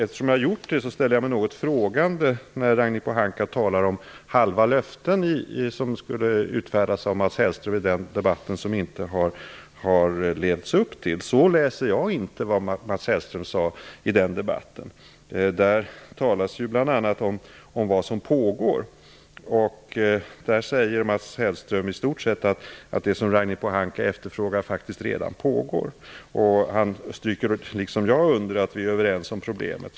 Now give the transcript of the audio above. Men jag ställer mig något frågande till vad Ragnhild Pohanka säger om halva löften som skulle ha utfärdats av Mats Hellström i debatten i fråga men som man inte har levt upp till. Så läser jag inte vad Mats Hellström sade i den debatten. Där talas det bl.a. om vad som pågår. Vad Mats Hellström säger är i stort sett att det som Ragnhild Pohanka efterfrågar faktiskt redan pågår. Mats Hellström understryker, liksom jag gör, att vi är överens om problemet.